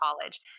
college